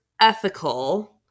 ethical